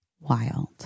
wild